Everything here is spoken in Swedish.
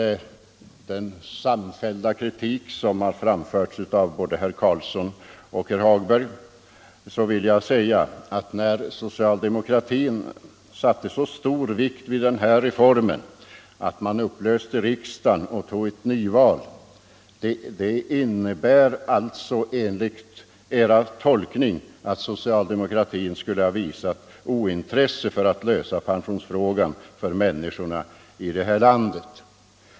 Efter den samfällda kritik som framförts av herr Carlsson och = åldern, m.m. herr Hagberg konstaterar jag, att när socialdemokratin fäste så stor vikt vid den här reformen att man upplöste riksdagen och tog ett nyval, innebär det alltså enligt er tolkning att socialdemokratin skulle ha visat ointresse för att lösa pensionsfrågan för människorna här i landet.